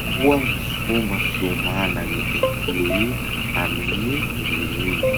Ahoa gny fomba fiomanan'ny écureuils amin'ny ririny?